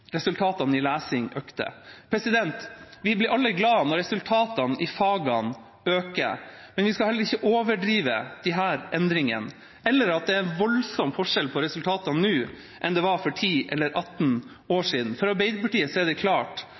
Resultatene i lesing ble forbedret. Vi blir alle glade når resultatene i fagene forbedres, men vi skal heller ikke overdrive disse endringene eller si at det er en voldsom forskjell på resultatene nå sammenliknet med resultatene for 10 eller 18 år siden. For Arbeiderpartiet er det klart